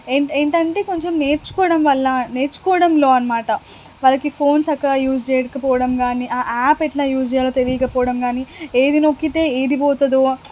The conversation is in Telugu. ఏం ఏంటంటే కొంచెం నేర్చుకోవడం వల్ల నేర్చుకోవడంలో అనమాట వాళ్ళకి ఫోన్ చక్కగా యూస్ చేయకపోవడం గానీ ఆ యాప్ ఎట్లా యూస్ చేయాలో తెలియకపోవడం గానీ ఏది నొక్కితే ఏది పోతుందో